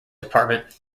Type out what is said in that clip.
department